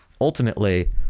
ultimately